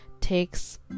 takes